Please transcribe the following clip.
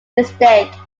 mistake